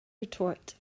retort